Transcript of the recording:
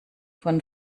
von